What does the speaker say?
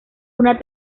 una